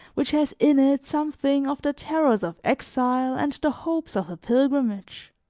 which has in it something of the terrors of exile and the hopes of a pilgrimage.